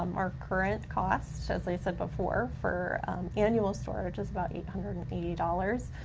um our current cost, as i said before, for annual storage is about eight hundred and eighty dollars,